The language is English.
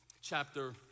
chapter